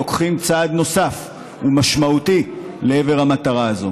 אנחנו לוקחים צעד נוסף ומשמעותי לעבר המטרה הזאת,